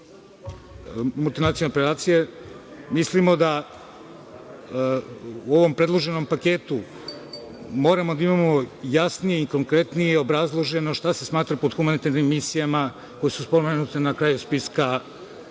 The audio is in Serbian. multinacionalne operacije, mislimo da u ovom predloženom paketu moramo da imamo jasnije i konkretnije obrazloženo šta se smatra pod humanitarnim misijama koje su spomenute na kraju spiska